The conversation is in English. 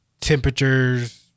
temperatures –